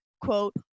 Quote